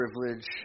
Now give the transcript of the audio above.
privilege